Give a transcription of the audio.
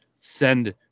send